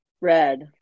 Red